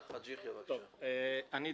שתי נקודות.